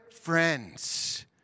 friends